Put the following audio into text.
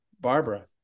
Barbara